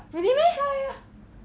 really meh